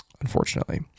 unfortunately